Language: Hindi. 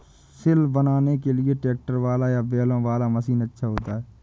सिल बनाने के लिए ट्रैक्टर वाला या बैलों वाला मशीन अच्छा होता है?